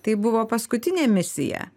tai buvo paskutinė misija